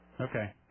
Okay